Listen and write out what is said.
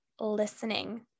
listening